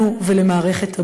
לנו ולמערכת הבריאות.